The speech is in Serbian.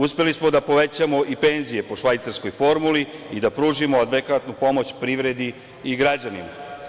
Uspeli smo da povećamo i penzije po švajcarskoj formuli i da pružimo adekvatnu pomoć privredi i građanima.